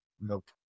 nope